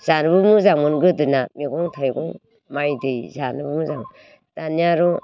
जानोबो मोजांमोन गोदोना मैगं थायगं माइ दै जानो मोजांमोन दानिया आरो